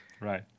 Right